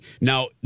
now